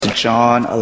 John